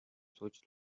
сууж